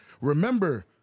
remember